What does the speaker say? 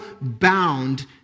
bound